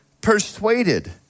persuaded